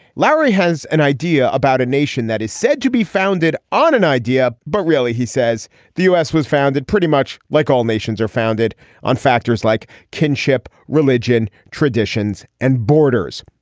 larry has an idea about a nation that is said to be founded on an idea but really he says the u s. was founded pretty much like all nations are founded on factors like kinship religion traditions and borders.